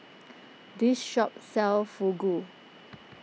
this shop sells Fugu